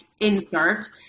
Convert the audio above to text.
insert